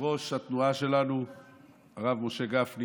אמר גפני